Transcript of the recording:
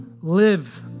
live